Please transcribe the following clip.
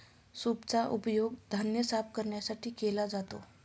सूपचा उपयोग धान्य साफ करण्यासाठी केला जातो